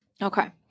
Okay